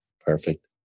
Perfect